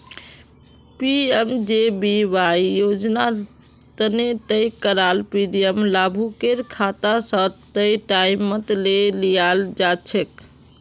PMJBY योजना तने तय कराल प्रीमियम लाभुकेर खाता स तय टाइमत ले लियाल जाछेक